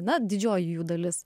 na didžioji jų dalis